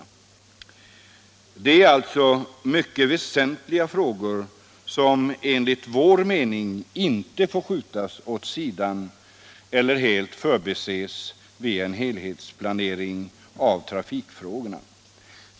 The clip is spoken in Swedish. Detta är alltså mycket väsentliga frågor, som enligt vår mening inte får skjutas åt sidan eller helt förbises vid en helhetsplanering av trafikfrågorna.